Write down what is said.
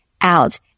out